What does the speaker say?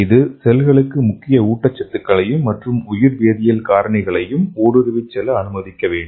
இது செல்களுக்கு முக்கிய ஊட்டச்சத்துக்களையும் மற்றும் உயிர்வேதியியல் காரணிகளையும் ஊடுருவிச் செல்ல அனுமதிக்க வேண்டும்